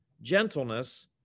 gentleness